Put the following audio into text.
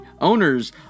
owners